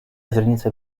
źrenice